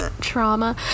trauma